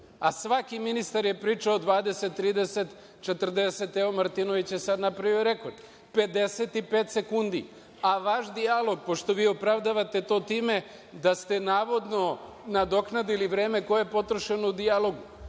a svaki ministar je pričao 20, 30, 40, evo Martinović je sada napravio rekord - 55 sekundi. Vaš dijalog, pošto vi opravdate to time da ste navodno nadoknadili vreme koje je potrošeno u dijalogu,